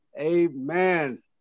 Amen